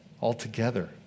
altogether